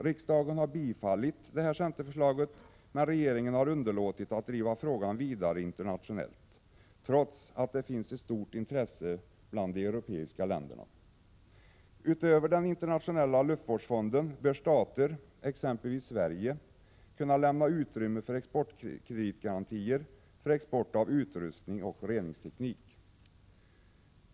Riksdagen har bifallit det centerförslaget, men regeringen har underlåtit att driva frågan vidare internationellt, trots att det finns ett stort intresse bland de europeiska länderna. Utöver den internationella luftvårdsfonden bör stater, exempelvis Sverige, kunna lämna utrymme för exportkreditgarantier för export av utrustning och reningsteknik.